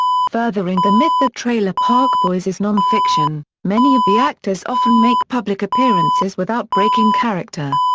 furthering the myth that trailer park boys is nonfiction, many of the actors often make public appearances without breaking character.